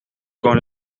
con